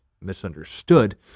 misunderstood